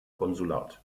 konsulat